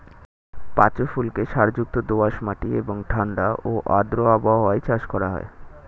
পাঁচু ফুলকে সারযুক্ত দোআঁশ মাটি এবং ঠাণ্ডা ও আর্দ্র আবহাওয়ায় চাষ করা হয়